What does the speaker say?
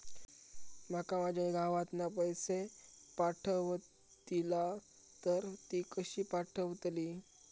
माका माझी आई गावातना पैसे पाठवतीला तर ती कशी पाठवतली?